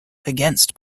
against